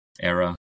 era